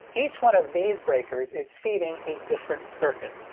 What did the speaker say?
each one of these breakers is feeding a different circuit.